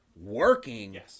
working